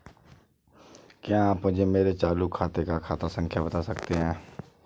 क्या आप मुझे मेरे चालू खाते की खाता संख्या बता सकते हैं?